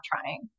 trying